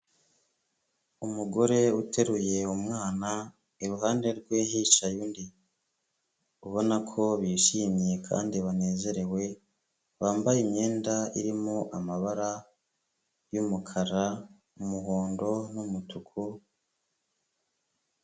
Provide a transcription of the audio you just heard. Umugore uteruye umwana iruhande rwe hicaye undi, ubona ko bishimye kandi banezerewe, bambaye imyenda irimo amabara y'umukara, umuhondo n'umutuku.